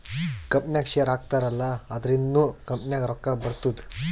ಕಂಪನಿನಾಗ್ ಶೇರ್ ಹಾಕ್ತಾರ್ ಅಲ್ಲಾ ಅದುರಿಂದ್ನು ಕಂಪನಿಗ್ ರೊಕ್ಕಾ ಬರ್ತುದ್